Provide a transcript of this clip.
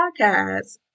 podcast